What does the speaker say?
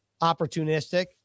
opportunistic